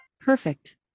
Perfect